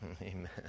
Amen